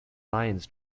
lions